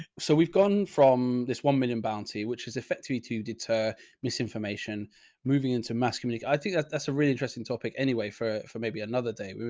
so we've gone from this one million bounty, which is effectively to deter misinformation moving into mass community. i think that that's a really interesting topic. anyway, for for maybe another day,